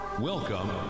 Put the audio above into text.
Welcome